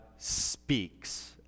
speaks